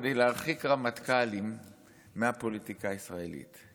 כדי להרחיק רמטכ"לים מהפוליטיקה הישראלית.